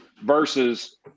versus